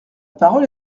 parole